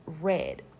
red